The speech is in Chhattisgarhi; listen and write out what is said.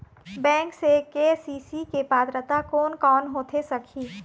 बैंक से के.सी.सी के पात्रता कोन कौन होथे सकही?